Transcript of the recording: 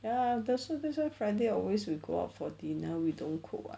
ya that's why that's why friday always we go out for dinner we don't cook [what]